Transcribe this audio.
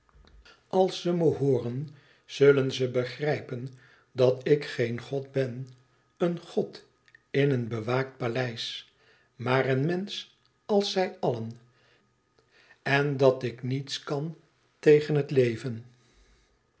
als ze me hooren zullen ze begrijpen dat ik geen god ben een god in een bewaakt paleis maar een mensch als zij allen en dat ik niets kan tegen het leven